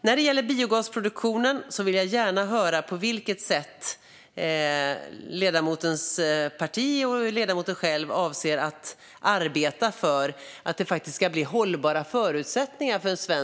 När det gäller biogasproduktionen vill jag gärna höra på vilket sätt ledamotens parti och ledamoten själv avser att arbeta för att svensk biogasproduktion ska få hållbara förutsättningar.